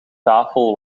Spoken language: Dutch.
tafel